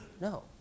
No